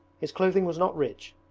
his clothing was not rich,